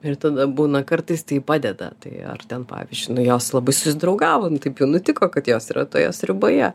ir tada būna kartais tai padeda tai ar ten pavyzdžiui nu jos labai susidraugavo nu taip jau nutiko kad jos yra toje sriuboje